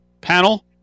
panel